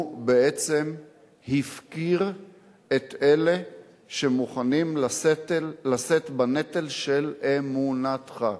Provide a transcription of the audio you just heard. הוא בעצם הפקיר את אלה שמוכנים לשאת בנטל של אמונתך,